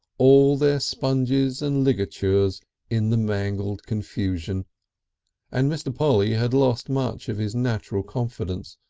all their sponges and ligatures in the mangled confusion and mr. polly had lost much of his natural confidence,